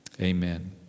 Amen